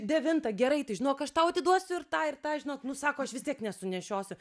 devinta gerai tai žinok aš tau atiduosiu ir tą ir tą žinot nu sako aš vis tiek nesunešiosiu